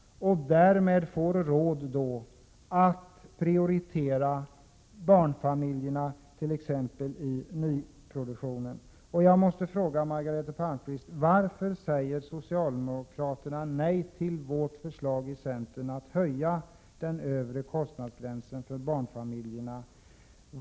Därmed får vi råd att prioritera barnfamiljerna i nyproduktionen. Jag måste fråga Margareta Palmqvist: Varför säger socialdemokraterna nej till centerns förslag att höja den övre kostnadsgränsen för barnfamiljerna?